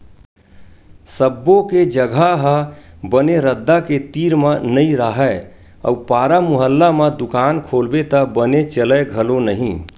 सब्बो के जघा ह बने रद्दा के तीर म नइ राहय अउ पारा मुहल्ला म दुकान खोलबे त बने चलय घलो नहि